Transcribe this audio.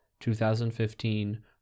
2015